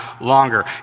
longer